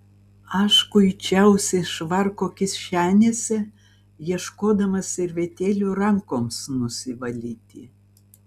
aš kuičiausi švarko kišenėse ieškodamas servetėlių rankoms nusivalyti